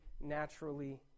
naturally